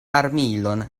armilon